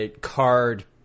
card